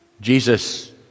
Jesus